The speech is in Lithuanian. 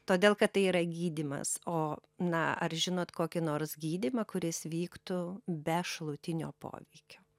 todėl kad tai yra gydymas o na ar žinot kokį nors gydymą kuris vyktų be šalutinio poveikio